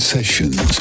Sessions